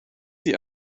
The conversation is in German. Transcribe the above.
sie